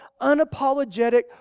unapologetic